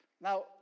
Now